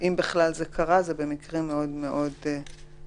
שאם בכלל זה קרה, זה קרה באופן מאוד מאוד נדיר.